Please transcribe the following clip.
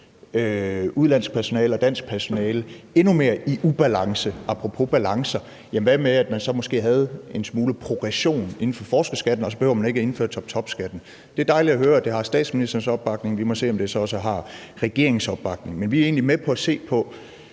udenlandsk personale og dansk personale endnu mere i ubalance, apropos balancer, hvad så med, at man måske havde en smule progression inden for forskerskatten, og så behøver man ikke at indføre toptopskatten? Det er dejligt at høre, at det har statsministerens opbakning. Vi må se, om det så også har regeringens opbakning. Men vi er egentlig med på at se på,